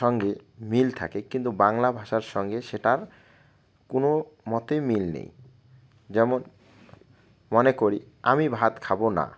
সঙ্গে মিল থাকে কিন্তু বাংলা ভাষার সঙ্গে সেটার কোনো মতেই মিল নেই যেমন মনে করি আমি ভাত খাবো না